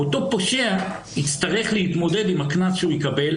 אותו פושע יצטרך להתמודד עם הקנס שהוא יקבל.